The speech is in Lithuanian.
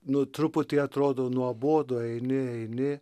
nu truputį atrodo nuobodu eini eini